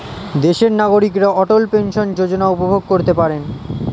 দেশের নাগরিকরা অটল পেনশন যোজনা উপভোগ করতে পারেন